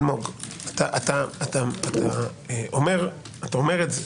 אלמוג, אתה אומר את זה,